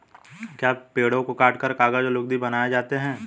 क्या पेड़ों को काटकर कागज व लुगदी बनाए जाते हैं?